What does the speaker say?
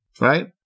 right